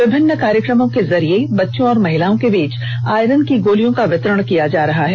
विभिन्न कार्यक्रमों के जरिये बच्चों और महिलाओं के बीच आयरन की गोलियों का वितरण किया जा रहा है